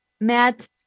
matt